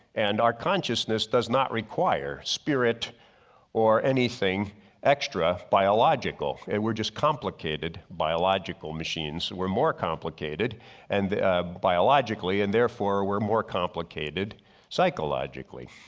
and our consciousness does not require spirit or anything extra biological. and we're just complicated biological machines. were more complicated and biologically and therefore were more complicated psychologically.